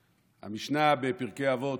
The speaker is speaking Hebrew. המשנה, בפרקי אבות,